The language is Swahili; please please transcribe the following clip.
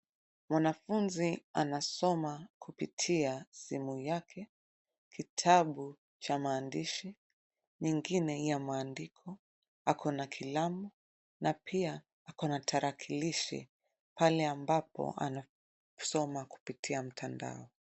Mwanafunzi anasoma kupitia simu yake, kitabu cha maandishi, mengine ya maandiko, ako na kalamu na pia ako na tarakilishi pale ambapo anasoma kupitia mtandao.